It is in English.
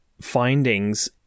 findings